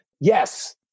yes